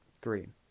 Green